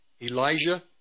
Elijah